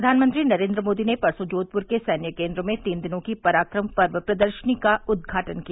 प्रधानमंत्री नरेन्द्र मोदी ने परसों जोधपुर के सैन्य केन्द्र में तीन दिन की पराक्रम पर्व प्रदर्शनी का उद्घाटन किया